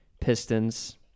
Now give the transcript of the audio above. Pistons